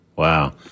Wow